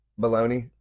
Baloney